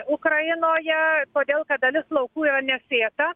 ukrainoje todėl kad dalis laukų yra nesėta